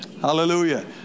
Hallelujah